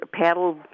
paddle